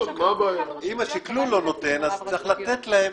אם השקלול לא נותן, אז צריך לתת להם.